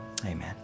amen